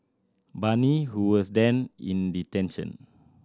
Bani who was then in detention